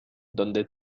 donde